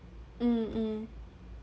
mm mm